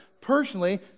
Personally